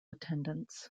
attendants